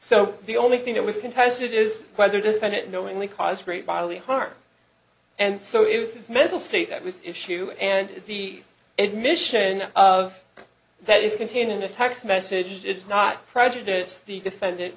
so the only thing that was contested is whether defendant knowingly caused great bodily harm and so it was his mental state that was issue and the admission of that is contained in a text message is not prejudice the defendant